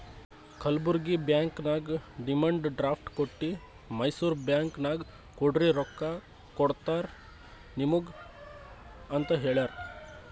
Kalburgi bank ನಾಗ್ demand draft ಕೊಟ್ಟಿ Mysore bank ನಾಗ್ ಕೊಡ್ರಿ ರೊಕ್ಕಾ ಕೊಡ್ತಾರ ನಿಮುಗ ಅಂತ್ ಹೇಳ್ಯಾರ್